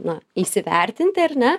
na įsivertinti ar ne